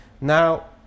Now